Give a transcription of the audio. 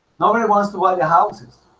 nobody wants to buy the houses